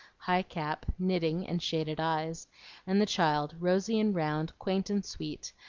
high cap, knitting, and shaded eyes and the child, rosy and round, quaint and sweet,